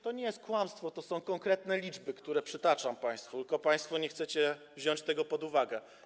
To nie jest kłamstwo, to są konkretne liczby, które przytaczam państwu, tylko państwo nie chcecie wziąć tego pod uwagę.